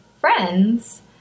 friends